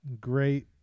great